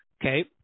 Okay